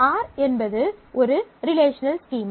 R என்பது ஒரு relational schema